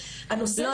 שירין,